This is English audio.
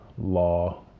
law